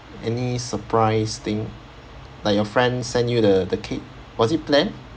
any surprise thing like your friend send you the the cake was it planned